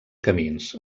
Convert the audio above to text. camins